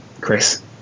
Chris